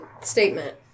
statement